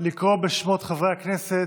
לקרוא בשמות חברי הכנסת,